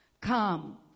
come